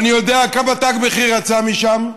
ואני יודע כמה תג מחיר יצא משם,